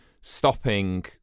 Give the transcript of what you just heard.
stopping